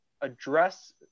address